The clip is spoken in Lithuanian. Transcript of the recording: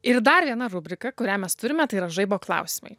ir dar viena rubrika kurią mes turime tai yra žaibo klausimai